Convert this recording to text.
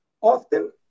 Often